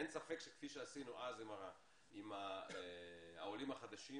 אין ספק שכפי שעשינו אז עם העולים החדשים,